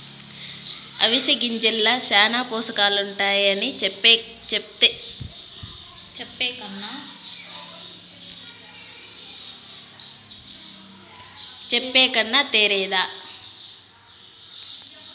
అవిసె గింజల్ల శానా పోసకాలుండాయని చెప్పే కన్నా తేరాదా